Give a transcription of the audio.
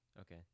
okay